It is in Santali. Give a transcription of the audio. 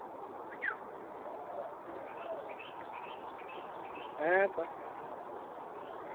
ᱦᱩᱸ ᱦᱮᱸᱛᱚ